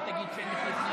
היא תקבע.